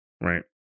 Right